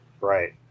Right